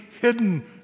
hidden